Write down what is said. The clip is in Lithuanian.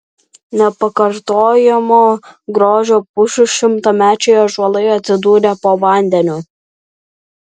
nepakartojamo grožio pušys šimtamečiai ąžuolai atsidūrė po vandeniu